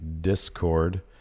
Discord